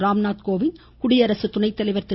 ராம்நாத்கோவிந்த் குடியரசு துணைத்தலைவர் திரு